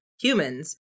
humans